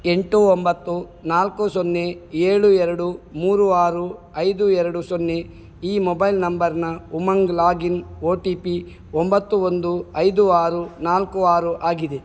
ಎಂಟು ಒಂಬತ್ತು ನಾಲ್ಕು ಸೊನ್ನೆ ಏಳು ಎರಡು ಮೂರು ಆರು ಐದು ಎರಡು ಸೊನ್ನೆ ಈ ಮೊಬೈಲ್ ನಂಬರ್ನ UMANG login O T P ಒಂಬತ್ತು ಒಂದು ಐದು ಆರು ನಾಲ್ಕು ಆರು ಆಗಿದೆ